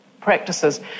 practices